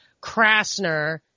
Krasner